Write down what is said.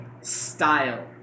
style